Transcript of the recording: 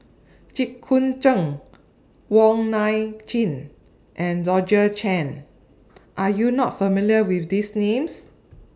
Jit Koon Ch'ng Wong Nai Chin and Georgette Chen Are YOU not familiar with These Names